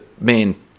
main